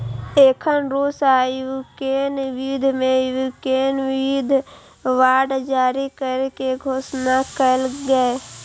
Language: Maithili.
एखन रूस आ यूक्रेन युद्ध मे यूक्रेन युद्ध बांड जारी करै के घोषणा केलकैए